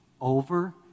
over